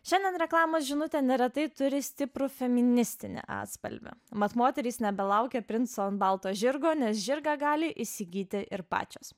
šiandien reklamos žinutė neretai turi stiprų feministinį atspalvį mat moterys nebelaukia princo ant balto žirgo nes žirgą gali įsigyti ir pačios